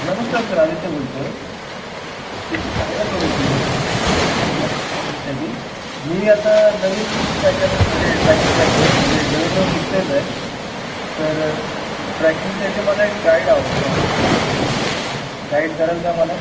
नमस्कार सर आदित्य बोलतो आहे तुमची जाहिरात बघितली मी ट्रॅकिंगसाठी मी आता नवीन नवीन ट्रॅकर म्हणजे ट्रॅकिंग करतो आहे म्हणजे नवीन नवीन शिकतोच आहे तर ट्रॅकिंगसाठी मला एक गाईड हवा होता तुम्ही गाईड कराल का मला